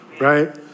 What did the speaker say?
right